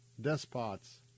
Despots